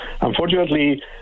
unfortunately